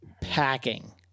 packing